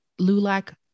LULAC